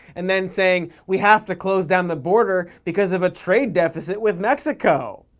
and then saying we have to close down the border because of a trade deficit with mexico!